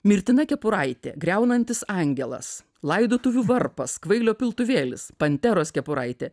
mirtina kepuraitė griaunantis angelas laidotuvių varpas kvailio piltuvėlis panteros kepuraitė